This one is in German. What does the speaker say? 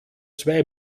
zwei